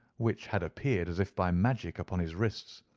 which had appeared as if by magic upon his wrists.